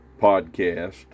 podcast